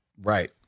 right